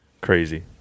Crazy